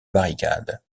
barricade